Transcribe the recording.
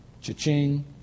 cha-ching